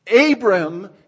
Abram